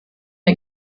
der